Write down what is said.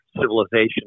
civilization